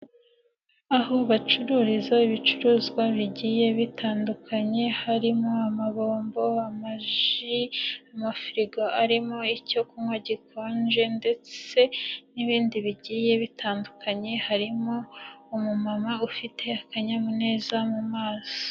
Aho bacururiza ibicuruzwa bigiye bitandukanye harimo amabombo, amaji, amafirigo arimo icyo kunywa gikonje ndetse n'ibindi bigiye bitandukanye, harimo umumama ufite akanyamuneza mu maso.